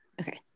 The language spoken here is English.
Okay